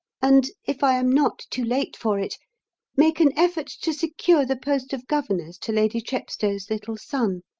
and if i am not too late for it make an effort to secure the post of governess to lady chepstow's little son.